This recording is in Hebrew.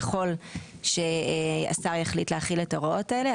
ככל שהשר יחליט להחיל את ההוראות האלה.